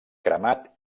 cremat